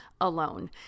alone